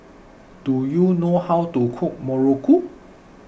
do you know how to cook Muruku